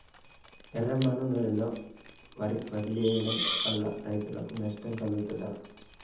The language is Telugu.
ఎర్రమన్ను నేలలో వరి వదిలివేయడం వల్ల రైతులకు నష్టం కలుగుతదా?